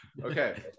Okay